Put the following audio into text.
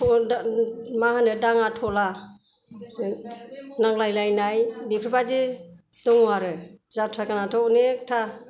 थल मा होनो दाङा थलाजों नांलाय लायनाय बिफोर बादि दङ' आरो जाथ्रा गानाथ' अनेख थार